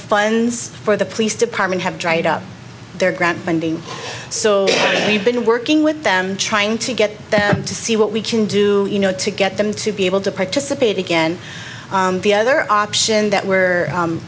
fun's for the police department have dried up their grant funding so we've been working with them trying to get them to see what we can do you know to get them to be able to participate again the other option that we're